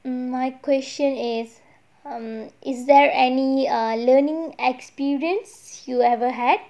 mm my question is um is there any err learning experience you ever had